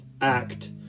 act